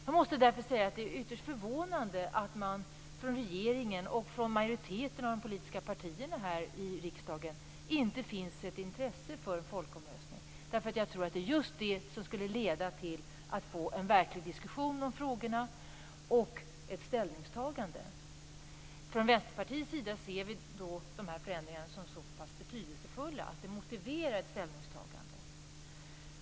Jag måste säga att det därför är ytterst förvånande att det från regeringen och från majoriteten av de politiska partierna här i riksdagen inte finns ett intresse för en folkomröstning. Jag tror att det är just det som skulle leda till att få till stånd en verklig diskussion om frågorna och till ett ställningstagande. Från Vänsterpartiets sida ser vi de här förändringarna som så betydelsefulla att de motiverar ett ställningstagande.